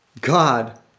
God